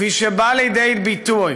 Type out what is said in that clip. כפי שהיא באה לידי ביטוי